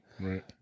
Right